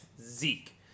Zeke